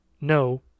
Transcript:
No